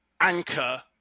anchor